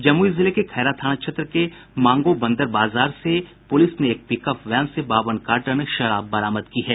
जमुई जिले के खैरा थाना क्षेत्र के मांगोबंदर बाजार से पुलिस ने एक पिकअप वैन से बावन कार्टन विदेशी शराब बरामद की है